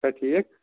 چھا ٹھیٖک